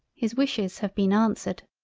his wishes have been answered.